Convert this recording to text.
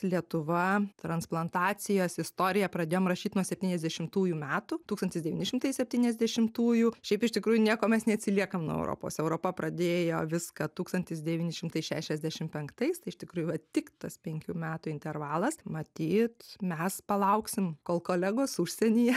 lietuva transplantacijos istorija pradėjom rašyt nuo septyniasdešimtųjų metų tūkstantis devyni šimtai septyniasdešimtųjų šiaip iš tikrųjų nieko mes neatsiliekam nuo europos europa pradėjo viską tūkstantis devyni šimtai šešiasdešimt penktais iš tikrųjų va tik tas penkių metų intervalas matyt mes palauksim kol kolegos užsienyje